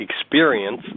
experience